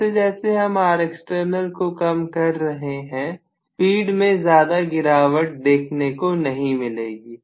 जैसे जैसे हम Rext को कम कर रहे हैं कि में ज्यादा गिरावट देखने को नहीं मिलेगी